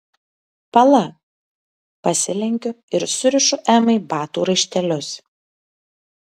pala pasilenkiu ir surišu emai batų raištelius